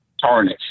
Tarnish